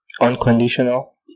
Unconditional